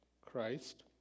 Christ